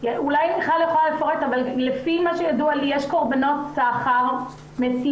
אולי מיכל יכולה לפרט אבל לפי מה שידוע לי יש קורבנות סחר מסיני.